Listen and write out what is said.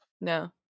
no